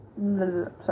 sorry